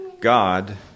God